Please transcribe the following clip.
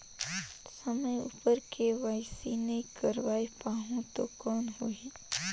समय उपर के.वाई.सी नइ करवाय पाहुं तो कौन होही?